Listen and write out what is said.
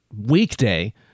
weekday